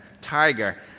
tiger